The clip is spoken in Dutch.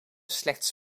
slechts